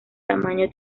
tamaño